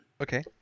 okay